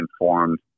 informed